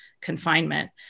confinement